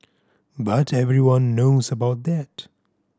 but everyone knows about that